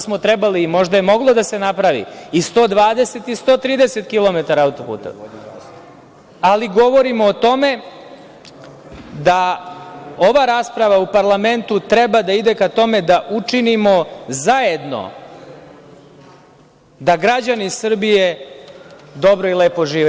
Slažem se, možda je moglo da se napravi i 120 i 130 kilometara autoputeva, ali govorimo o tome da ova rasprava u parlamentu treba da ide ka tome da učinimo zajedno da građani Srbije dobro i lepo žive.